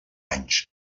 anys